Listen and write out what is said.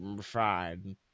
fine